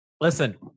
listen